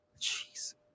Jeez